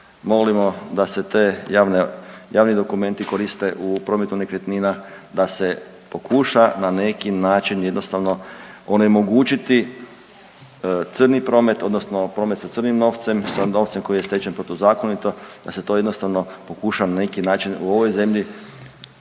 molimo da se te javne, javni dokumenti koriste u prometu nekretnina da se pokuša na neki način jednostavno onemogućiti crni promet odnosno promet sa crnim novcem, sa novcem koji je stečen protuzakonito, da se to jednostavno pokuša na neki način u ovoj zemlji